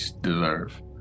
deserve